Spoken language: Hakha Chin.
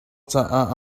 caah